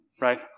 Right